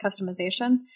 customization